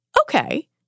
okay